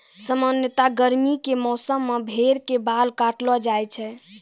सामान्यतया गर्मी के मौसम मॅ भेड़ के बाल काटलो जाय छै